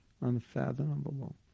unfathomable